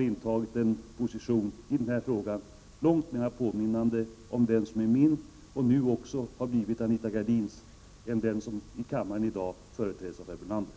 intagit en position i den här frågan som långt mer påminner om den som är min, och som nu även har blivit Anita Gradins, än den som i kammaren i dag företräds av herr Brunander.